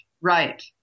right